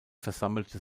versammelte